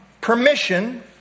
permission